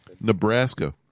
Nebraska